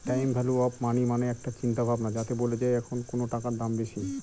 time value of money মানে একটা চিন্তা ভাবনা যাতে বলে যে এখন কোনো টাকার দাম বেশি